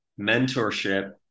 mentorship